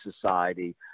society